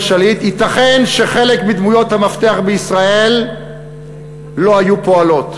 שליט ייתכן שחלק מדמויות המפתח בישראל לא היו פועלות.